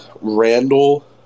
Randall